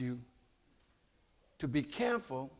you to be careful